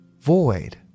void